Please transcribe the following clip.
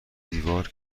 دیوار